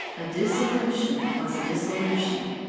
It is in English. a dissolution was a dissolution.